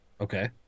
Okay